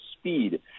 speed